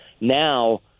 Now